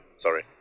Sorry